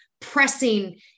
pressing